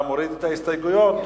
אתה מוריד את ההסתייגויות,